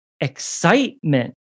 excitement